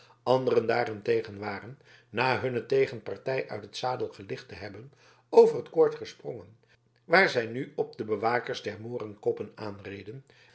anderen daarentegen waren na hunne tegenpartij uit den zadel gelicht te hebben over het koord gesprongen waar zij nu op de bewakers der moorenkoppen aanrenden